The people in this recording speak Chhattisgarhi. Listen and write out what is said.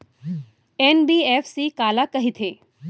एन.बी.एफ.सी काला कहिथे?